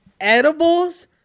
edibles